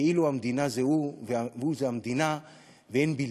כאילו המדינה זה הוא והוא זה המדינה ואין בלתו.